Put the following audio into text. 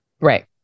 right